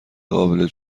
قابل